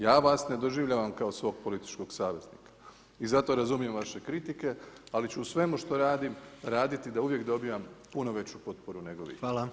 Ja vas ne doživljavam kao svog političkog saveznika i zato razumijem vaše kritike, ali ću u svemu što radim raditi da uvijek dobivam puno veću potporu nego vi.